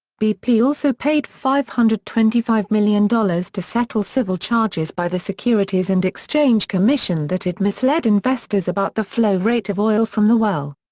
bp also paid five hundred and twenty five million dollars to settle civil charges by the securities and exchange commission that it misled investors about the flow rate of oil from the well.